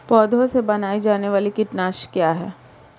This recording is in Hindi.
पौधों से बनाई जाने वाली कीटनाशक क्या है?